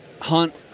hunt